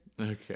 Okay